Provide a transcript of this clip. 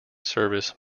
service